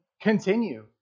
continue